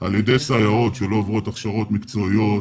על ידי סייעות שלא עוברות הכשרות מקצועיות.